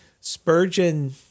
Spurgeon